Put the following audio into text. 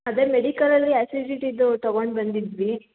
ಅದೇ ಮೆಡಿಕಲಲ್ಲಿ ಆ್ಯಸಿಡಿಟಿದು ತಗೊಂಡು ಬಂದಿದ್ವಿ